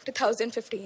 2015